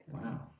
Wow